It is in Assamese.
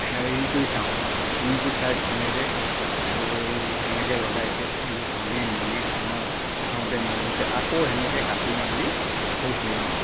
হেৰি কৰি চাওঁ কোনটো চাইড কেনেকৈ এই কেনেকৈ লগাইছে এইবোৰ ফালি মেলি চাওঁ চাওঁতে মেলোতে আকৌ এনেকৈ কাটি মেলি আকৌ চিলাওঁ